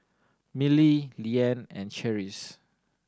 Milly Leanne and Cherise